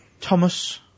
Thomas